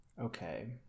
Okay